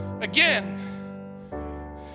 again